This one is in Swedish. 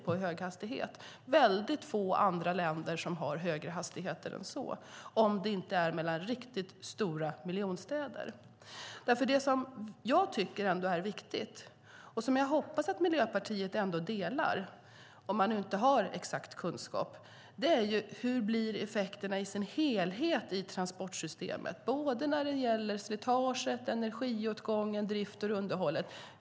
Det är väldigt få länder som har högre hastigheter än så om det inte är mellan riktigt stora miljonstäder. Jag hoppas att Miljöpartiet ändå funderar över vilka effekterna blir i transportsystemet som helhet. Det gäller slitage, energiåtgång, drift och underhåll och så vidare.